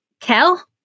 Kel